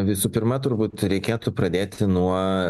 visų pirma turbūt reikėtų pradėti nuo